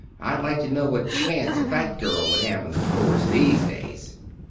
i'd like to know what chance a fat girl would have in the chorus these days.